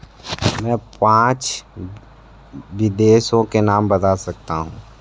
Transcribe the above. मैं पाँच विदेशों के नाम बता सकता हूँ